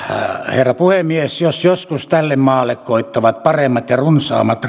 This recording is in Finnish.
herra puhemies jos joskus tälle maalle koittavat paremmat ja runsaammat